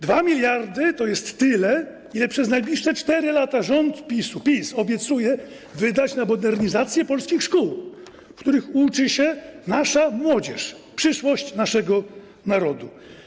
2 mld to jest tyle, ile przez najbliższe 4 lata rząd PiS-u, PIS obiecuje wydać na modernizację polskich szkół, w których uczy się nasza młodzież, przyszłość naszego narodu.